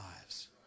lives